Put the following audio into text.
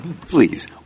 Please